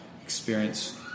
experience